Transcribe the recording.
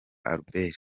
albert